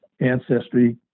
Ancestry